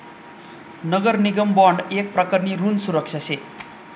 नगर निगम बॉन्ड येक प्रकारनी ऋण सुरक्षा शे